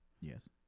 Yes